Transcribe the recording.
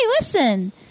listen